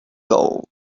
gold